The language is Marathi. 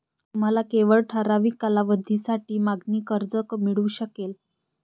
तुम्हाला केवळ ठराविक कालावधीसाठी मागणी कर्ज मिळू शकेल